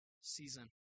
season